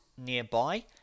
nearby